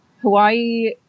Hawaii